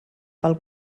pel